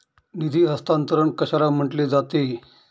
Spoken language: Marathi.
निधी हस्तांतरण कशाला म्हटले जाते?